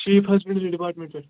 sheep husbandry department پٮ۪ٹھ